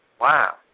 Wow